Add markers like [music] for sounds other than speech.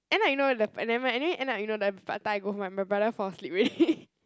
end up you know the never mind anyway end up you know the Pad-Thai go home right my brother fall asleep already [laughs]